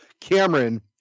Cameron